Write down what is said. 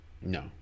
no